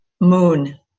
Moon